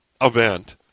event